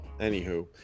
anywho